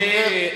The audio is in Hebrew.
על זה אין ויכוח.